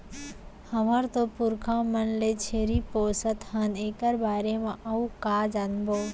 हमर तो पुरखा मन ले छेरी पोसत हन एकर बारे म अउ का जानबो?